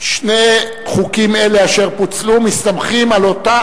שני חוקים אלה אשר פוצלו מסתמכים על אותה